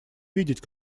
видеть